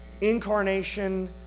incarnation